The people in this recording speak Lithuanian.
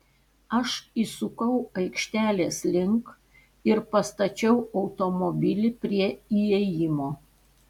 aš įsukau aikštelės link ir pastačiau automobilį prie įėjimo